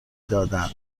دادن